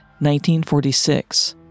1946